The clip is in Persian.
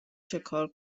چکار